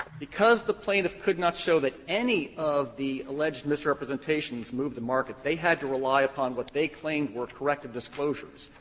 because the plaintiff could not show that any of the alleged misrepresentations moved the market, they had to rely upon what they claimed were corrective disclosures.